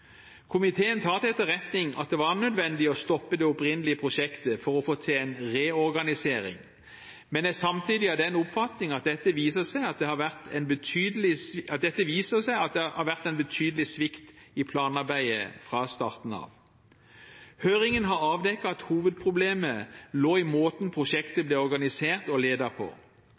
Komiteen tar til etterretning at det var nødvendig å stoppe det opprinnelige prosjektet for å få til en reorganisering, men er samtidig av den oppfatning at dette viser at det har vært en betydelig svikt i planarbeidet fra starten av. Høringen har avdekket at hovedproblemet lå i måten prosjektet